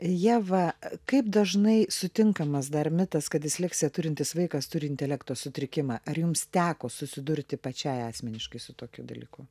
ieva kaip dažnai sutinkamas dar mitas kad disleksiją turintis vaikas turi intelekto sutrikimą ar jums teko susidurti pačiai asmeniškai su tokiu dalyku